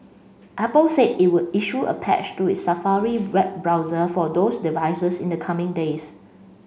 apple said it would issue a patch to its Safari web browser for those devices in the coming days